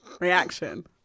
reaction